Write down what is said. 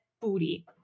booty